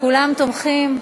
כולם תומכים?